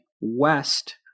west